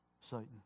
Satan